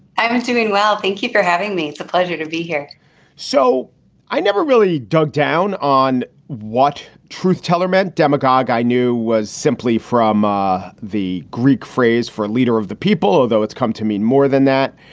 i'm doing well. thank you for having me. it's a pleasure to be here so i never really dug down on what truthteller meant. demagogue, i knew was simply from ah the greek phrase for leader of the people, although it's come to mean more than that.